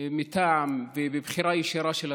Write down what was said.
מטעם ובבחירה ישירה של הציבור,